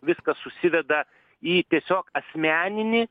viskas susiveda į tiesiog asmeninį